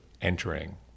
entering